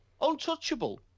Untouchable